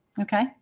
Okay